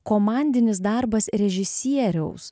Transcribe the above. komandinis darbas režisieriaus